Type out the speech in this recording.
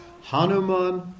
Hanuman